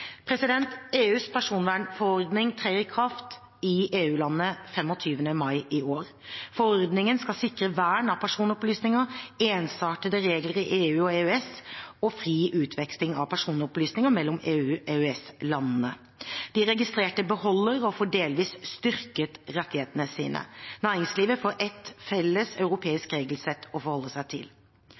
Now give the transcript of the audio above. EUs personvernforordning trer i kraft i EU-landene 25. mai i år. Forordningen skal sikre vern av personopplysninger, ensartede regler i EU og EØS og fri utveksling av personopplysninger mellom EU/EØS-landene. De registrerte beholder og får delvis styrket rettighetene sine. Næringslivet får ett felles europeisk regelsett å forholde seg til.